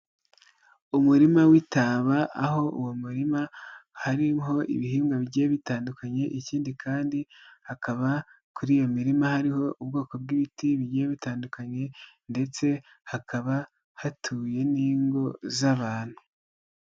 Umurima w'itaba, aho uwo murima hariho ibihingwa bigiye bitandukanye, ikindi kandi hakaba kuri iyo mirima hariho ubwoko bw'ibiti bigiye bitandukanye ndetse hakaba hatuwe n'ingo z'abantu.